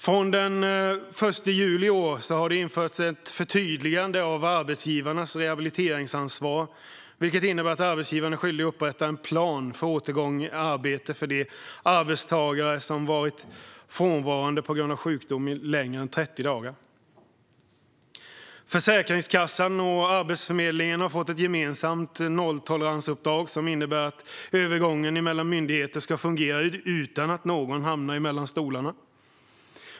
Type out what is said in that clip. Från den 1 juli i år har det införts ett förtydligande av arbetsgivarnas rehabiliteringsansvar, vilket innebär att arbetsgivaren är skyldig att upprätta en plan för återgång i arbete för de arbetstagare som varit frånvarande på grund av sjukdom längre än 30 dagar. Försäkringskassan och Arbetsförmedlingen har fått ett gemensamt nolltoleransuppdrag som innebär att övergången mellan myndigheter ska fungera utan att någon hamnar mellan stolarna.